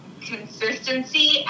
consistency